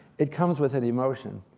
it comes with an emotion.